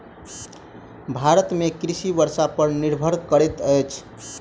भारत में कृषि वर्षा पर निर्भर करैत अछि